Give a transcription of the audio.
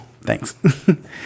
Thanks